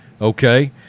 Okay